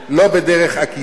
לא בדרך עקיפה,